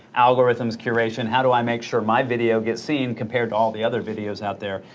algorithms, curation, how do i make sure my video gets seen, compared to all the other videos out there.